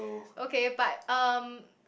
okay but um